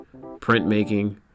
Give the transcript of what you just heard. printmaking